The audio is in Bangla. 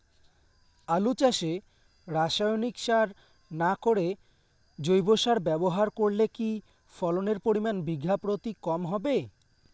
আলু চাষে রাসায়নিক সার না করে জৈব সার ব্যবহার করলে কি ফলনের পরিমান বিঘা প্রতি কম হবে?